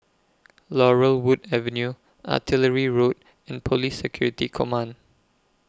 Laurel Wood Avenue Artillery Road and Police Security Command